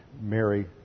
Mary